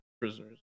prisoners